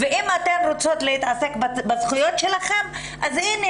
אם אתן רוצות להתעסק בזכויות שלכן אז הנה,